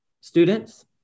students